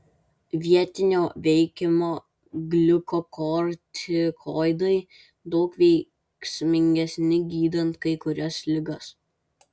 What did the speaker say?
vietinio veikimo gliukokortikoidai daug veiksmingesni gydant kai kurias ligas